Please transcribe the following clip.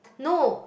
no